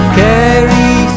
carry